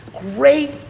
great